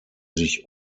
sich